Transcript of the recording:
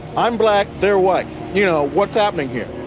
i'm black. they're white. you know, what's happening here?